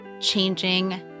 changing